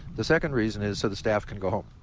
the second reason is so the staff can go home,